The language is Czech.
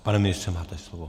Pane ministře, máte slovo.